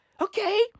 Okay